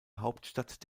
hauptstadt